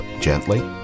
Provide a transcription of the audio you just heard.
gently